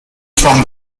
from